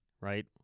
right